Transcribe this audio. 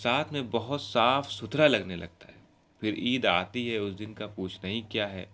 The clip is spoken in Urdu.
ساتھ میں بہت صاف ستھرا لگنے لگتا ہے پھر عید آتی ہے اس دن کا پوچھنا ہی کیا ہے